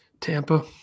Tampa